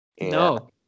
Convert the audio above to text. no